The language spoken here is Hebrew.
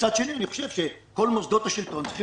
ומצד שני אני חושב שכל מוסדות השלטון צריכים